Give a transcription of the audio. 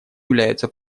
являются